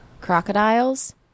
crocodiles